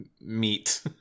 meat